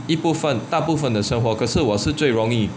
一部分大部分的生活可是我是最容易